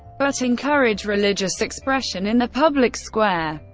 but encourage, religious expression in the public square.